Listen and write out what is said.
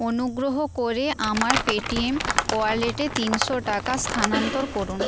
অনুগ্রহ করে আমার পে টি এম ওয়ালেটে তিনশো টাকা স্থানান্তর করুন